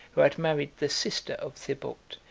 who had married the sister of thibaut,